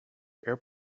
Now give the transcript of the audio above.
air